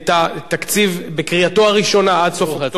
את התקציב לקריאתו הראשונה עד סוף אוקטובר?